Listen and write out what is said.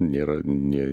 nėra nė